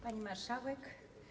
Pani Marszałek!